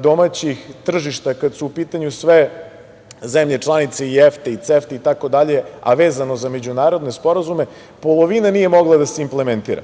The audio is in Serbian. domaćih tržišta, kada su u pitanju sve zemlje članice i EFTA i CEFTA, a vezano za međunarodne sporazume, polovina nije mogla da se implementira,